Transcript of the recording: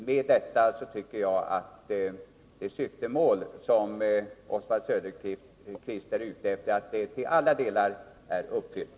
Med detta tycker jag att Oswald Söderqvists önskemål till alla delar är uppfyllda.